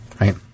right